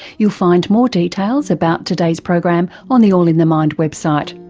you'll find more details about today's program on the all in the mind website,